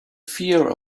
fear